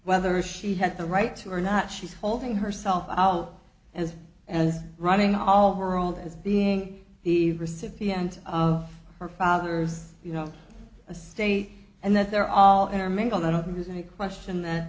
whether she had the right to or not she's holding herself out as and running all world as being the recipient of her father's you know a state and that they're all intermingled that others may question that